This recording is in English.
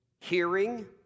hearing